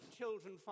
children